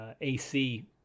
AC